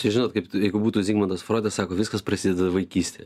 čia žinot kaip jeigu būtų zigmundas froidas sako viskas prasideda vaikystėje